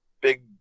big